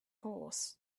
horse